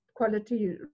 quality